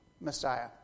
Messiah